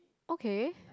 okay